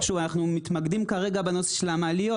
שוב, אנחנו מתמקדים כרגע בנושא של המעליות.